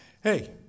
Hey